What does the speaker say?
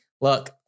Look